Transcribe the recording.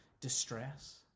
distress